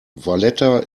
valletta